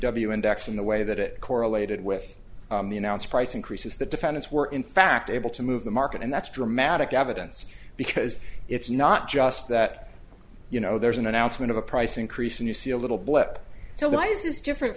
w index and the way that it correlated with the announced price increases the defendants were in fact able to move the market and that's dramatic evidence because it's not just that you know there's an announcement of a price increase and you see a little blip so why is this different